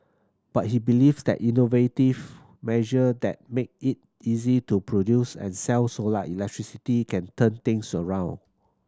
but he believe that innovative measure that make it easy to produce and sell solar electricity can turn things around